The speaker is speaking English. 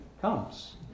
comes